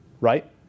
Right